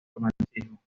romanticismo